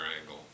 angle